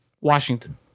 Washington